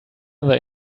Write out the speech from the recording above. other